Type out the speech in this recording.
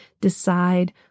decide